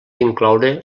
incloure